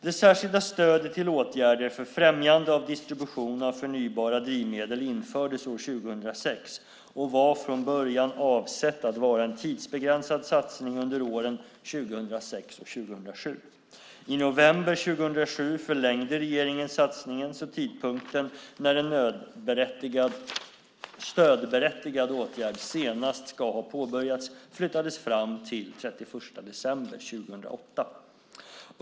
Det särskilda stödet till åtgärder för främjande av distribution av förnybara drivmedel infördes år 2006 och var från början avsett att vara en tidsbegränsad satsning under åren 2006 och 2007. I november 2007 förlängde regeringen satsningen så att tidpunkten när en stödberättigad åtgärd senast ska ha påbörjats flyttades fram till den 31 december 2008.